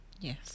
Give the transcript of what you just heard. yes